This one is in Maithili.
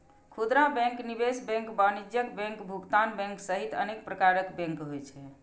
खुदरा बैंक, निवेश बैंक, वाणिज्यिक बैंक, भुगतान बैंक सहित अनेक प्रकारक बैंक होइ छै